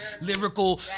lyrical